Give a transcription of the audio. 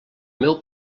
meu